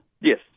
Yes